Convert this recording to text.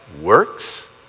works